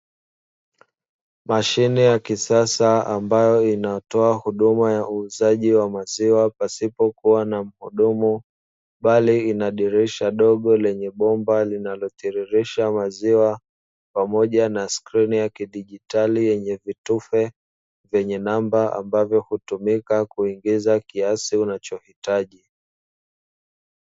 Mashine ya kisasa ambayo inatoa huduma ya uuzaji wa maziwa pasipo kuwa na mhudumu, bali ina dirisha dogo lenye bomba linalotiririsha maziwa pamoja na skrini ya kidigitali yenye vitufe yenye namba ambazo hutumika kuingiza kiasi unachohitaji.